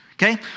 Okay